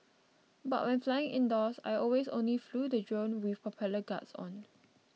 but when flying indoors I always only flew the drone with propeller guards on